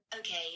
Okay